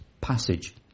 passage